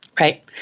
Right